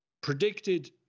predicted